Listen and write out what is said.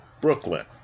Brooklyn